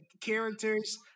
characters